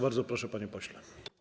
Bardzo proszę, panie pośle.